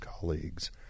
colleagues